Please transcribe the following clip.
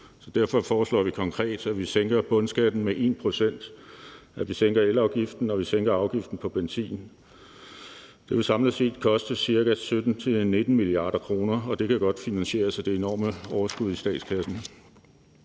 derfor foreslår vi konkret, at man sænker bundskatten med 1 pct., at man sænker elafgiften, og at man sænker afgiften på benzin. Det vil samlet set koste ca. 17-19 mia. kr., og det kan godt finansieres af det enorme overskud i statskassen.